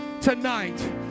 tonight